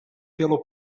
pelo